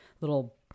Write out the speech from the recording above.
little